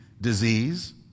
Disease